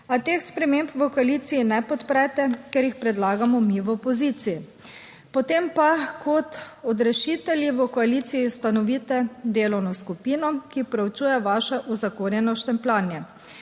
A teh sprememb v koaliciji ne podprete, ker jih predlagamo mi v opoziciji. Potem pa kot odrešitelji v koaliciji ustanovite delovno skupino, ki proučuje vaše uzakonjeno štempljanje.